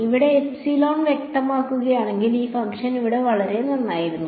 നിങ്ങൾ എപ്സിലോൺ വ്യക്തമാക്കുകയാണെങ്കിൽ ഈ ഫംഗ്ഷൻ ഇവിടെ വളരെ നന്നായിരിക്കുന്നു